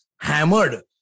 hammered